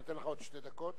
אני אתן לך עוד שתי דקות.